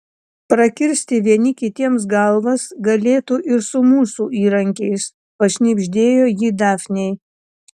prakirsti vieni kitiems galvas galėtų ir su mūsų įrankiais pašnibždėjo ji dafnei